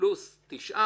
פלוס 9%,